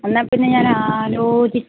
എന്നാല്പ്പിന്നെ ഞാൻ